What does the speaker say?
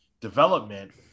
development